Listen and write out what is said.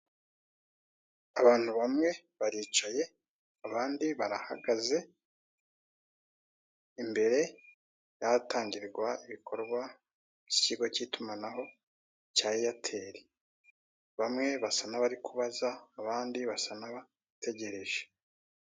Abantu bamwe baricaye abandi barahagaze imbere yahatangirwa ibikorwa by'ikigo cy'itumanaho cya eyateri bamwe basa nabari kubaza abandi basa n'abategereje.